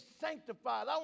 sanctified